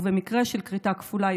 ובמקרה של כריתה כפולה,